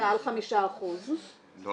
--- מעל 5% אנחנו